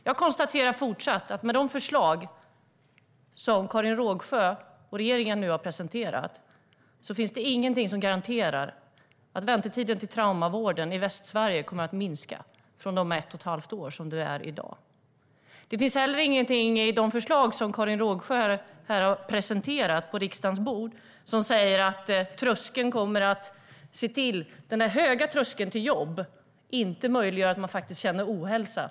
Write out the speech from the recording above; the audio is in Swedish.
Jag konstaterar fortsatt att med de förslag som Karin Rågsjö och regeringen nu har presenterat finns det inget som garanterar att väntetiden till traumavården i Västsverige kommer att minska från de ett och ett halvt år som det är i dag. Det finns heller inget i de förslag som Karin Rågsjö har presenterat som säger att den höga tröskeln till jobb inte leder till ohälsa.